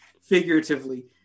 figuratively